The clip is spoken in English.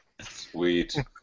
Sweet